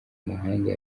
mahanga